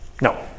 No